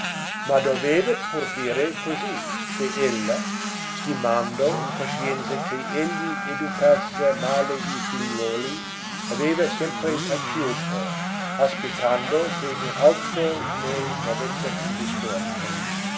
ma doveva pur dire così se ella stimando in coscienza che egli educasse male i figliuoli aveva sempre taciuto aspettando che un altro ne movesse il discorso